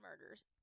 murders